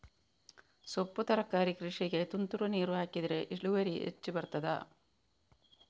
ಸೊಪ್ಪು ತರಕಾರಿ ಕೃಷಿಗೆ ತುಂತುರು ನೀರು ಹಾಕಿದ್ರೆ ಇಳುವರಿ ಹೆಚ್ಚು ಬರ್ತದ?